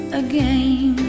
again